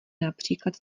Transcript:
například